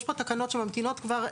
יש פה תקנות שממתינות כבר,